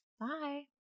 Bye